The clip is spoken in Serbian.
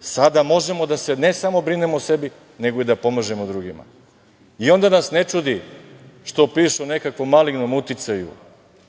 Sada možemo ne samo da brinemo o sebi, nego i da pomažemo drugima. Onda nas ne čudi što pišu o nekakvom malignom uticaju